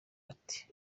ati